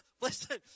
listen